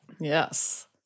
Yes